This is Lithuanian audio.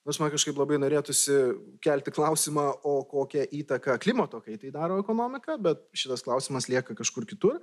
aš man kažkaip labai norėtųsi kelti klausimą o kokią įtaką klimato kaitai daro ekonomika bet šitas klausimas lieka kažkur kitur